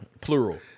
plural